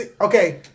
okay